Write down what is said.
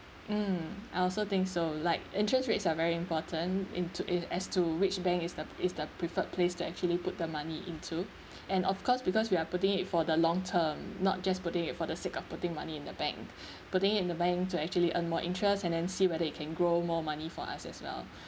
mm I also think so like interest rates are very important in to eh as to which bank is the is the preferred place to actually put the money in to and of course because we are putting it for the long term not just putting it for the sake of putting money in the bank putting it in the bank to actually earn more interest and then see whether it can grow more money for us as well